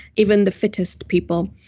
even the fittest people.